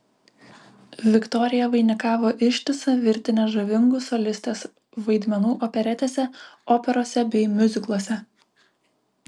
viktorija vainikavo ištisą virtinę žavingų solistės vaidmenų operetėse operose bei miuzikluose